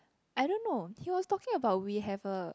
I don't know he was talking about we have a